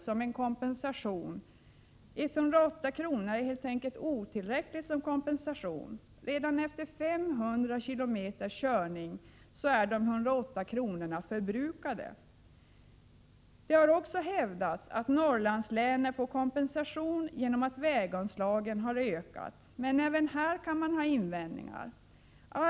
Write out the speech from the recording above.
som en kompensation, men 108 kr. är helt enkelt otillräckligt. Redan efter 500 kilometers körning är de 108 kronorna förbrukade. Det har också hävdats att Norrlandslänen får kompensation genom att väganslagen har ökat, men även mot detta kan invändningar riktas.